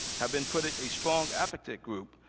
have been putting a strong advocacy group,